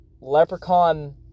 Leprechaun